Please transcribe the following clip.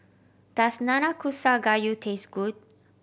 does Nanakusa Gayu taste good